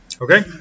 Okay